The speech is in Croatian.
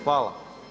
Hvala.